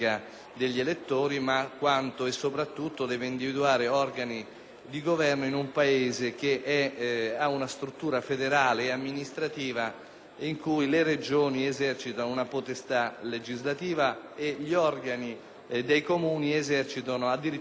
di governo in un Paese che ha una struttura federale e amministrativa ed in cui le Regioni esercitano una potestà legislativa e gli organi dei Comuni esercitano addirittura una particolare forma di autonomia che è prevista dagli Statuti.